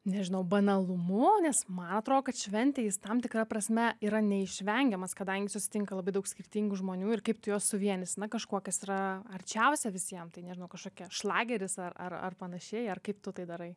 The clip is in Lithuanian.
nežinau banalumu nes man atro kad šventėj jis tam tikra prasme yra neišvengiamas kadangi susitinka labai daug skirtingų žmonių ir kaip tu juos suvienysi na kažkuo kas kas yra arčiausia visiem tai nėra kažkokia šlageris ar ar panašiai ar kaip tu tai darai